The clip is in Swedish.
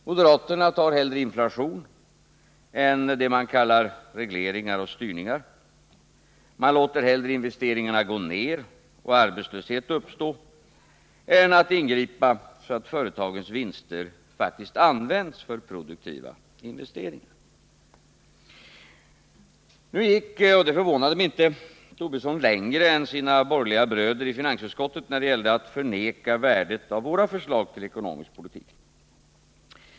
Moderaterna tar hellre inflation än det man kallar regleringar och styrningar. De låter hellre investeringarna gå ner och arbetslöshet uppstå än att ingripa så att företagens vinster faktiskt används för produktiva investeringar. Nu gick — och det förvånar mig inte — herr Tobisson längre än sina borgerliga bröder i finansutskottet när det gällde att förneka värdet av våra förslag till ekonomisk politik.